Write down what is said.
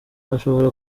ashobora